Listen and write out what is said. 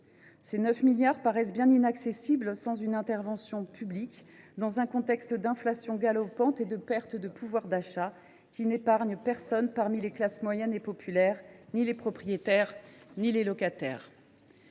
Cette somme paraît inaccessible sans intervention publique, dans un contexte d’inflation galopante et de perte de pouvoir d’achat qui n’épargne personne au sein des classes moyennes et populaires, ni les propriétaires ni les locataires.